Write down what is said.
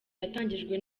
yatangijwe